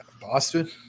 Boston